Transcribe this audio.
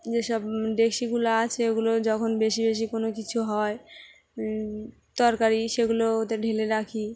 যেসব ডেকচিগুলো আছে ওগুলো যখন বেশি বেশি কোনো কিছু হয় তরকারি সেগুলো ওতে ঢেলে রাখি